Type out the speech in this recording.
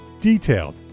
Detailed